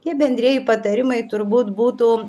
tie bendrieji patarimai turbūt būtų